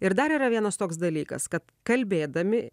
ir dar yra vienas toks dalykas kad kalbėdami